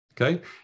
Okay